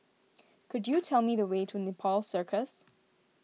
could you tell me the way to Nepal Circus